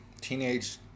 teenage